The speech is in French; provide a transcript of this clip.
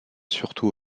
surtout